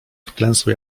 wklęsły